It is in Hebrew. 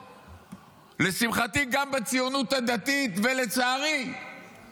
לשמחתי ולצערי, גם בציונות הדתית רבנים